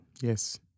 Yes